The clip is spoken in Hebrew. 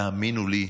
תאמינו לי,